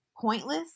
pointless